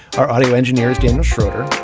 our audio engineers, dennis schroder.